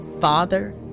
Father